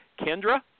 Kendra